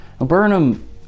Burnham